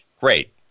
great